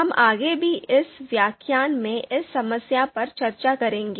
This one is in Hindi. हम आगे भी इस व्याख्यान में इस समस्या पर चर्चा करेंगे